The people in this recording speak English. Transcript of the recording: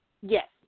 Yes